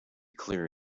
clear